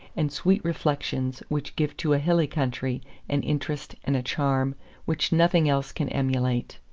and sweet reflections, which give to a hilly country an interest and a charm which nothing else can emulate.